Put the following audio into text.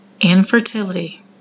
infertility